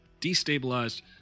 destabilized